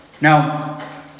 Now